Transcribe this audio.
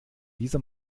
dieser